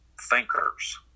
thinkers